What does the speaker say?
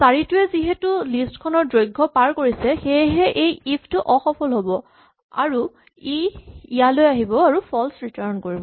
চাৰিটোৱে যিহেতু লিষ্ট ৰ দৈৰ্ঘ পাৰ কৰিছে সেয়েহে এই ইফ টো অসফল হ'ব আৰু ই ইয়ালৈ আহিব আৰু ফল্চ ৰিটাৰ্ন দিব